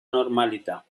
normalità